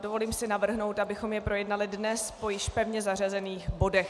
Dovolím si navrhnout, abychom jej projednali dnes po již pevně zařazených bodech.